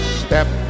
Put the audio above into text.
step